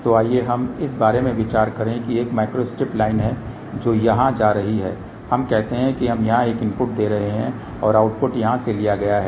तो आइए हम इस बारे में विचार करें कि एक माइक्रोस्ट्रिप लाइन है जो यहां जा रही है हम कहते हैं कि हम यहां एक इनपुट दे रहे हैं और आउटपुट यहां से लिया गया है